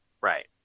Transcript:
Right